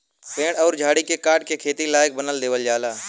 पेड़ अउर झाड़ी के काट के खेती लायक बना देवल जाला